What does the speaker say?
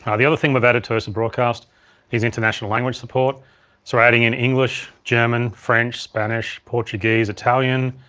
um the other thing we've added to ursa broadcast is international language support. so we're adding in english, german, french, spanish, portuguese, italian,